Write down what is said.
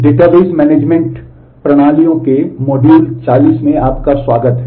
database management 40 में आपका स्वागत है